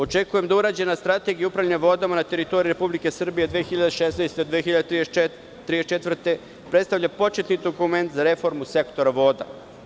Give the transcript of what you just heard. Očekujem da urađena strategija upravljanja vodama na teritoriji Republike Srbije 2016-2034. godine predstavlja početni dokument za reformu sektora voda.